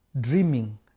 dreaming